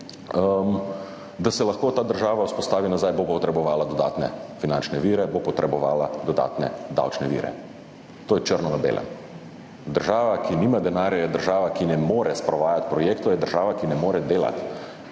da se lahko ta država vzpostavi nazaj, bo potrebovala dodatne finančne vire, bo potrebovala dodatne davčne vire. To [piše] črno na belem. Država, ki nima denarja, je država, ki ne more sprovajati projektov, je država, ki ne more delati.